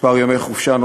כמה ימי חופשה,